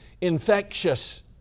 infectious